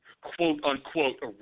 quote-unquote